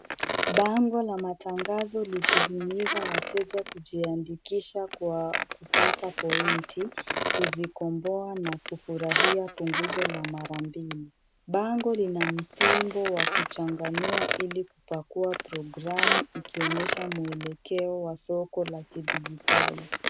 Bango la matangazo likihimiza wateja kujiandikisha kwa pata point kuzikomboa na kufurahia punguzo la mara mbili. Bango lina msimbo wa kuchanganua ili kupakua programu ikionyesha mwelekeo wa soko la kidijitali.